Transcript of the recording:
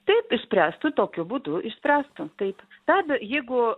taip išspręstu tokiu būdu išspręstu taip be abejo jeigu